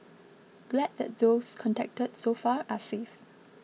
glad that those contacted so far are safe